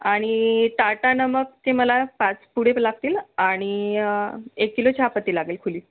आणि टाटा नमक ते मला पाच पुडे लागतील आणि एक किलो चहापत्ती लागेल खुली